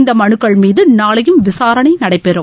இந்த மனுக்கள் மீது நாளையும் விசாரணை நடைபெறும்